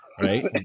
right